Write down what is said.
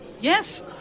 Yes